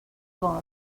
blown